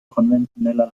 konventioneller